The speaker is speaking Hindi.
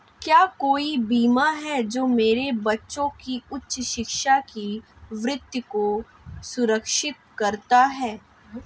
क्या कोई बीमा है जो मेरे बच्चों की उच्च शिक्षा के वित्त को सुरक्षित करता है?